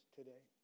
today